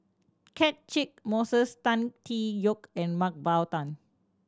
Catchick Moses Tan Tee Yoke and Mah Bow Tan